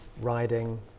riding